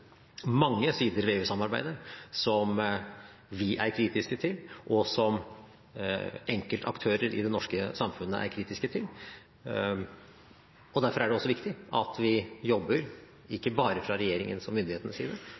mange sider ved EU-samarbeidet som vi er kritisk til, og også som enkeltaktører i det norske samfunnet er kritisk til. Derfor er det også viktig at ikke bare regjeringen og